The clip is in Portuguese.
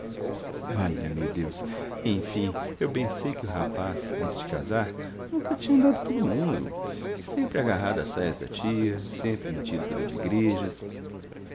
nada valha-me deus enfim eu bem sei que o rapaz antes de casar nunca tinha andado pelo mundo sempre agarrado às saias da tia sempre metido pelas igrejas